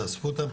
תאספו אותם,